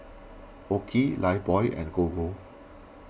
Oki Lifebuoy and Gogo